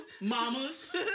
Mamas